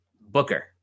booker